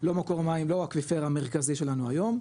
לא מקור מים לא האקוויפר המרכזי שלנו היום,